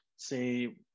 say